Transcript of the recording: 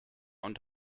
und